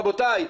רבותיי,